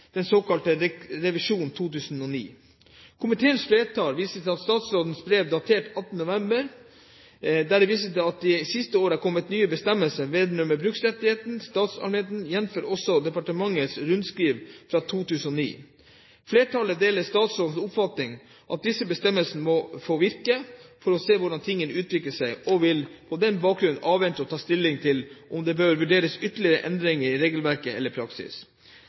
den såkalte «Revisjonen 2009». Komiteens flertall viser til statsrådens brev datert 18. november 2010, der det vises til at det de siste år er kommet nye bestemmelser vedrørende bruksrettigheter i statsallmenningene, jf. også departementets rundskriv fra 2009. Flertallet deler statsrådens oppfatning, at disse nye bestemmelsene nå må få virke for at man får se hvordan tingene utvikler seg, og vil på den bakgrunn avvente å ta stilling til om det bør vurderes ytterligere endringer i regelverk eller praksis.